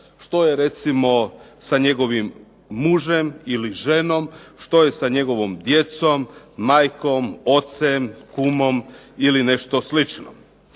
Što je recimo sa njegovim mužem ili ženom, što je sa njegovom djecom, majkom, ocem, kumom ili nešto slično?